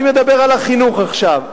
אני מדבר על החינוך עכשיו.